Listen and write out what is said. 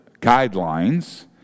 guidelines